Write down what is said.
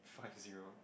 five zero